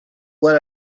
will